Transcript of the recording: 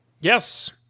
Yes